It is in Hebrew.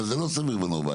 אבל זה לא סביר ונורמלי.